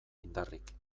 indarrik